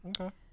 Okay